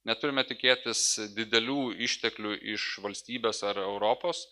neturime tikėtis didelių išteklių iš valstybės ar europos